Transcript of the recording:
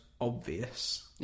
obvious